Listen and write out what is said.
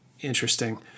Interesting